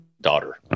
daughter